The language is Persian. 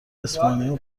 اسپانیا